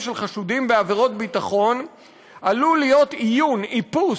של חשודים בעבירות ביטחון עלולה להיות איון" איפוס,